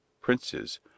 Princes